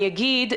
אני אגיד,